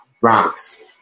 Bronx